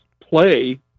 play